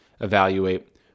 evaluate